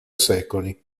secoli